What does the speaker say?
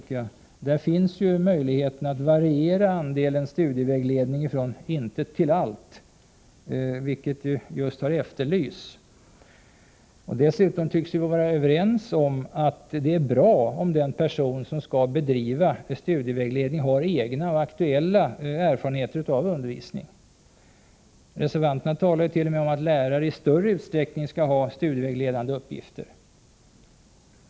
Enligt den finns möjligheten att variera andelen studievägledning från intet till allt, vilket har efterlysts. Dessutom tycks vi vara överens om att det är bra om den person som skall bedriva studievägledning har egna och aktuella erfarenheter av undervisning. Reservanterna talar t.o.m. om att lärare i större utsträckning skall ha studievägledande uppgifter.